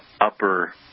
upper